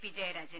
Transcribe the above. P Jayarajan